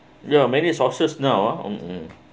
ya many sources now uh mmhmm